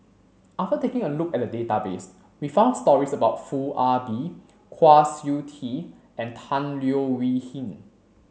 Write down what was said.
after taking a look at the database we found stories about Foo Ah Bee Kwa Siew Tee and Tan Leo Wee Hin